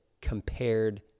compared